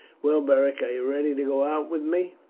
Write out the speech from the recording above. well, beric, are you ready to go out with me?